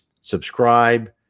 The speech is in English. subscribe